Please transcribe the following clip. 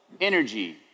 energy